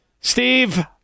Steve